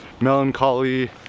melancholy